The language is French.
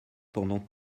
pendant